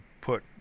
put